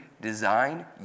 design